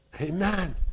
amen